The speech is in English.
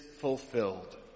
fulfilled